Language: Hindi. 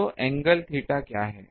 तो एंगल थीटा क्या है